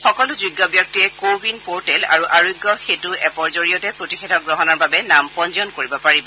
সকলো যোগ্য ব্যক্তিয়ে কো ৱিন পোৰ্টেল আৰু আৰোগ্য সেঁতু এপৰ জৰিয়তে প্ৰতিষেধক গ্ৰহণৰ বাবে নাম পঞ্জীয়ন কৰিব পাৰিব